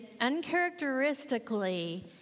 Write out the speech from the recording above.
uncharacteristically